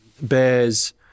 bears